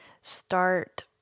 start